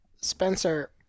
Spencer